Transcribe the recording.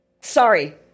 Sorry